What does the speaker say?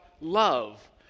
love